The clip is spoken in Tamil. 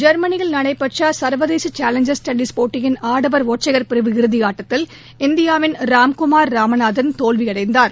ஜெர்மனியில் நடைபெற்ற சா்வதேச சேலஞ்சா் டென்னிஸ் போட்டியின் ஆடவர் ஒற்றையர் பிரிவு இறுதியாட்டத்தில் இந்தியாவின் ராம்குமார் ராமநாதன் தோல்வியடைந்தார்